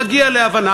מגיע להבנה,